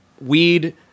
weed